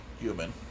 human